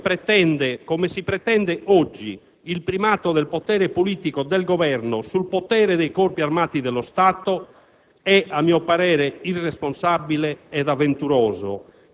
Censurare, inibire, come si pretende oggi il primato del potere politico del Governo sul potere dei Corpi armati dello Stato,